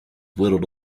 whittled